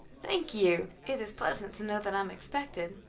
thank you. it is pleasant to know that i am expected.